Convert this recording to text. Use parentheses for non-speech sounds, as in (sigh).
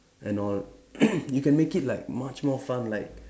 and all (noise) you can make it like much more fun like